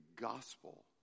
gospel